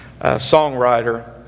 songwriter